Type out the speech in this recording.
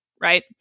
right